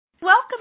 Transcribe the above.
Welcome